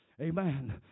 Amen